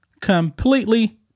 completely